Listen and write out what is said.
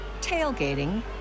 tailgating